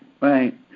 right